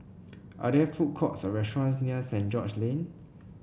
are there food courts or restaurants near Saint George's Lane